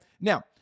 Now